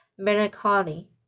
Melancholy